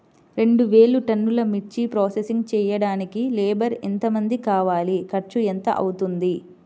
రెండు వేలు టన్నుల మిర్చి ప్రోసెసింగ్ చేయడానికి లేబర్ ఎంతమంది కావాలి, ఖర్చు ఎంత అవుతుంది?